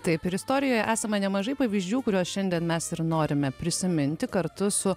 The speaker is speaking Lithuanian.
taip ir istorijoje esama nemažai pavyzdžių kuriuos šiandien mes ir norime prisiminti kartu su